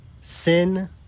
sin